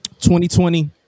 2020